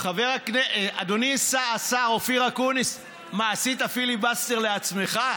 אדוני השר אופיר אקוניס, מה, עשית פיליבסטר לעצמך?